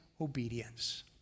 obedience